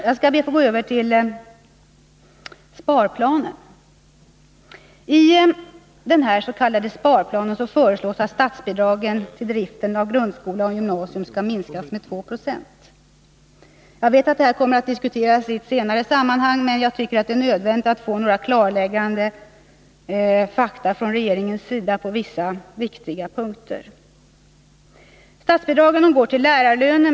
Jag skall be att få gå över till sparplanen. I den s.k. sparplanen föreslås att statsbidragen till driften av grundskola och gymnasium skall minskas med 2 96. Jag vet att det här kommer att diskuteras i ett senare sammanhang, men jag tycker att det är nödvändigt att få några klarlägganden från regeringen på vissa viktiga punkter. Statsbidragen går till lärarlöner.